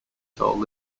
told